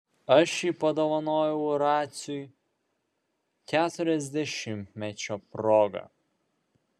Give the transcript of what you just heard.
aš jį padovanojau raciui keturiasdešimtmečio proga